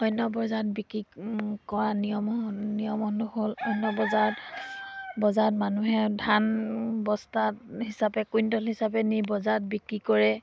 অন্য় বজাৰত বিক্ৰী কৰা নিয়ম নিয়ম অনু হ'ল অন্য বজাৰত বজাৰত মানুহে ধান বস্তাত হিচাপে কুইণ্টল হিচাপে নি বজাৰত বিক্ৰী কৰে